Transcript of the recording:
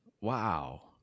Wow